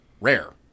rare